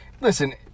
listen